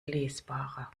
lesbarer